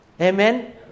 Amen